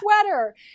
sweater